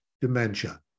dementia